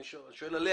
אני שואל עליה.